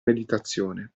meditazione